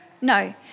no